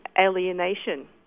alienation